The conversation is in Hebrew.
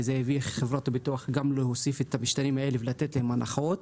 וזה הביא חברות ביטוח גם להוסיף את המשטרים האלה ולתת להם הנחות.